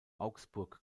augsburg